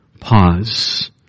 pause